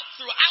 throughout